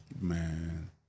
Man